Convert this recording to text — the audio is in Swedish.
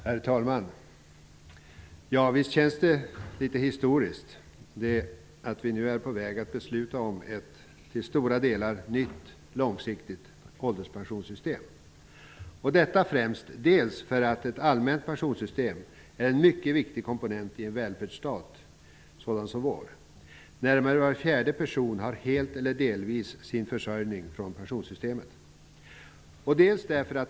Herr talman! Visst känns det litet historiskt att vi nu är på väg att besluta om ett till stora delar nytt långsiktigt ålderspensionssystem, detta främst för att ett allmänt pensionssystem är en mycket viktig komponent i en välfärdsstat sådan som vår. Närmare var fjärde person har helt eller delvis sin försörjning från pensionssystemet.